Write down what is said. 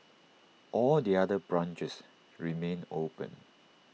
all the other branches remain open